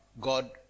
God